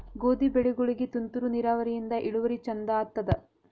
ಗೋಧಿ ಬೆಳಿಗೋಳಿಗಿ ತುಂತೂರು ನಿರಾವರಿಯಿಂದ ಇಳುವರಿ ಚಂದ ಆತ್ತಾದ?